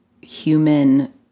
human